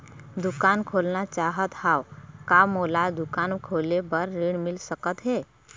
दुकान खोलना चाहत हाव, का मोला दुकान खोले बर ऋण मिल सकत हे?